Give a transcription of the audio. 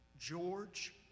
George